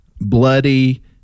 bloody